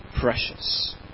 precious